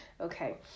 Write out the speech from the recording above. okay